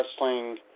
wrestling